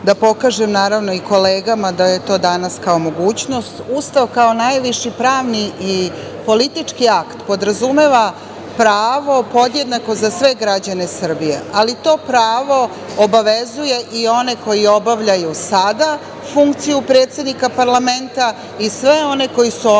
da pokažem kolegama da je to mogućnost. Ustav kao najviši pravni i politički akt podrazumeva pravo podjednako za sve građane Srbije, ali to pravo obavezuje i one koji obavljaju sada funkciju predsednika parlamenta i sve one koji su obavljali